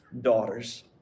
daughters